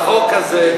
כל החוק הזה,